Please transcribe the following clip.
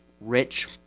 rich